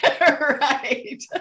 Right